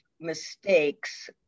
mistakes